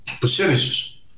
percentages